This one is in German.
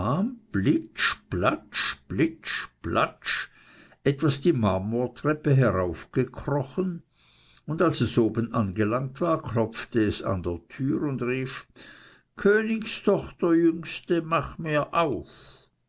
plitsch platsch etwas die marmortreppe heraufgekrochen und als es oben angelangt war klopfte es an der tür und rief königstochter jüngste mach mir auf